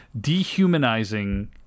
Dehumanizing